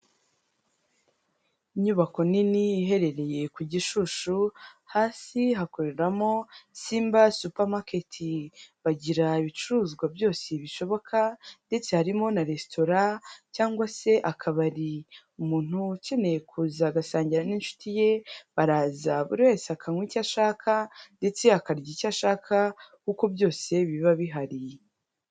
Inyubako nini iherereye ku gishushu, hasi hakoreramo simba supamaketi bagira ibicuruzwa byose bishoboka ndetse harimo na resitora cyangwa se akabari, umuntu ukeneye kuza agasangira n'inshuti ye, baraza buri wese akanywa icyo ashaka ndetse akarya icyo ashaka kuko byose biba bihari.